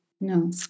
no